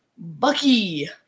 Bucky